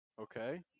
Okay